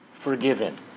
Forgiven